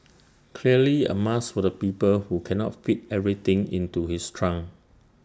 clearly A must for the people who cannot fit everything into his trunk